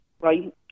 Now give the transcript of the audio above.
right